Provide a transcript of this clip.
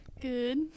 good